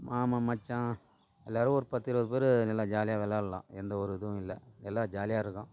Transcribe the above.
மாமன் மச்சான் எல்லாரும் ஒரு பத்து இருபது பேர் நல்லா ஜாலியாக விளாட்லாம் எந்த ஒரு இதுவும் இல்லை எல்லா ஜாலியாக இருக்கும்